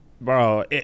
bro